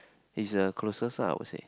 is the closest ah I would say